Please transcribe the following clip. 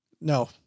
No